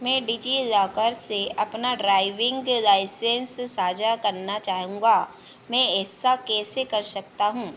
मैं डिज़िलॉकर से अपना ड्राइविन्ग लाइसेन्स साझा करना चाहूँगा मैं ऐसा कैसे कर सकता हूँ